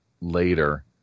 later